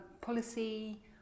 policy